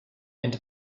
and